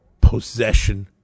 possession